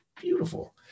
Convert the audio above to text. beautiful